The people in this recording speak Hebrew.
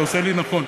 אתה עושה לי נכון.